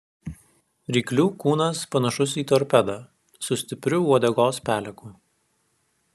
ryklių kūnas panašus į torpedą su stipriu uodegos peleku